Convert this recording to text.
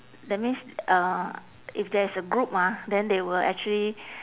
that means uh if there is a group ah then they will actually